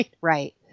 Right